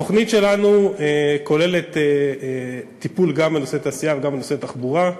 התוכנית שלנו כוללת טיפול גם בנושא התעשייה וגם בנושא התחבורה.